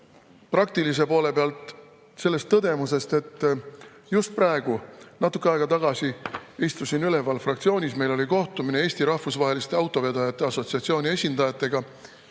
praktilise poole pealt ühest tõdemusest. Just praegu ma natuke aega tagasi istusin üleval fraktsioonis ja meil oli kohtumine Eesti Rahvusvaheliste Autovedajate Assotsiatsiooni esindajatega,